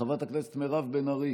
חברת הכנסת מירב בן ארי,